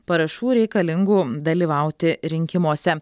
parašų reikalingų dalyvauti rinkimuose